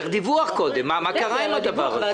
צריך קודם לקבל דיווח, מה קרה עם הדבר הזה.